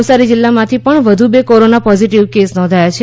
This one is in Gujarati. નવસારી જીલ્લામાંથી પણ વધુ બે કોરોના પોઝીટીવ કેસ નોંધાયા છે